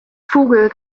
vogel